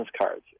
cards